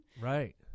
Right